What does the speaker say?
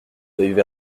feuilles